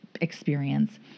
experience